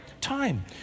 time